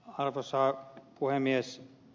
arvoisa puhemies